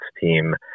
team